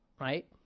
right